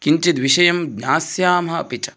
किञ्चिद्विषयं ज्ञास्यामः अपि च